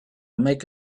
make